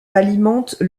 alimente